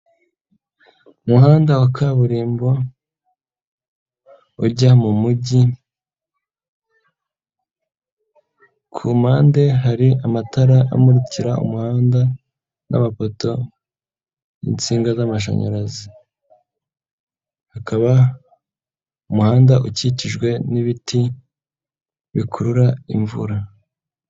Umuhanda wa kaburimbo ujya mu mujyi, kumpande hari amatara amuririka umuhanda, n'amapato y'insinga zamashanyarazi. Hakaba umuhanda ukikijwe n'ibiti bikurura imvura.